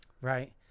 right